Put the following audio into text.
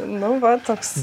nu va toks